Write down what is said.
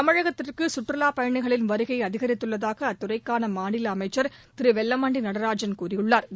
தமிழகத்திற்கு சுற்றுலாப் பயணிகளின் வருகை அதிகரித்துள்ளதாக அத்துறைக்கான மாநில அமைச்சா் திரு வெல்லமண்டி நடராஜன் கூறியுள்ளாா்